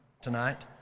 tonight